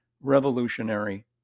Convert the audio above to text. revolutionary